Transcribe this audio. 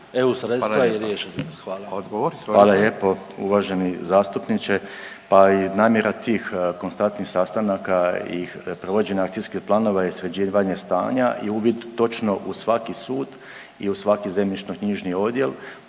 Josip (HDSSB)** Hvala lijepo. Uvaženi zastupniče, pa i namjera tih konstantnih sastanaka i provođenja akcijskih planova i sređivanje stanja je uvid točno u svaki sud i u svaki zemljišno-knjižni odjel.